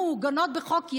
אתה,